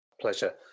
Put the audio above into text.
Pleasure